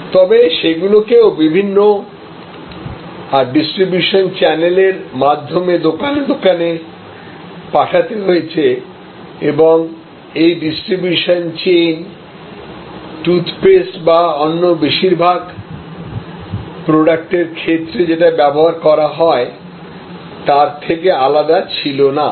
তবে সেগুলি কেও বিভিন্ন ডিসট্রিবিউশন চ্যানেলের মাধ্যমে দোকানে দোকানে পাঠাতে হয়েছে এবং এই ডিসট্রিবিউশন চেইন টুথপেস্ট বা অন্য বেশিরভাগ প্রোডাক্ট এর ক্ষেত্রে যেটা ব্যবহার হয় তার থেকে আলাদা ছিল না